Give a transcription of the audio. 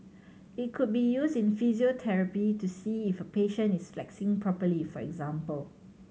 it could be used in physiotherapy to see if a patient is flexing properly for example